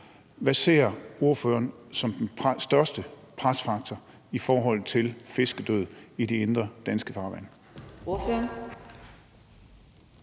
Hvad ser ordføreren som den største presfaktor i forhold til fiskedød i de indre danske farvande?